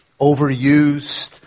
overused